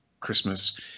Christmas